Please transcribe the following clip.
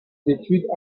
d’études